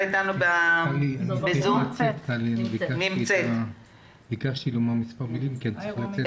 אבל לפני כן ח"כ משה אבוטבול רוצה לומר משהו והוא צריך לצאת